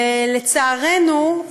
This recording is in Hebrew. ולצערנו,